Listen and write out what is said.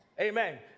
Amen